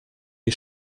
die